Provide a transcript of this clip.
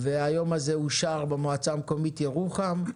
והיום הזה אושר במועצה המקומית ירוחם,